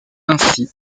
ainsi